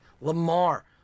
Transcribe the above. Lamar